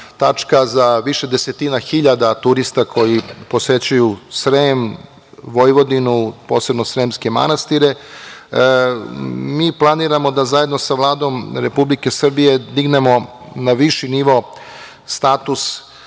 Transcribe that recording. za više desetina hiljada turista koji posećuju Srem, Vojvodinu, posebno sremske manastire. Mi planiramo da zajedno sa Vladom Republike Srbije dignemo na viši nivo status